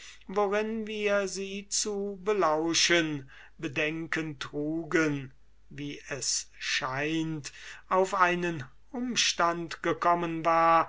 worin wir sie zu belauschen bedenken trugen wie es scheint auf einen umstand gekommen war